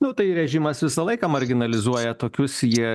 nu tai režimas visą laiką marginalizuoja tokius jie